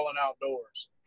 Outdoors